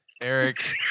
Eric